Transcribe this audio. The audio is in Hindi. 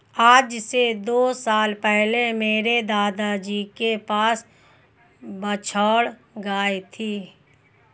आज से दो साल पहले मेरे दादाजी के पास बछौर गाय थी